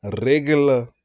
regular